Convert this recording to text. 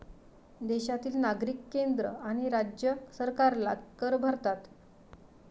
देशातील नागरिक केंद्र आणि राज्य सरकारला कर भरतात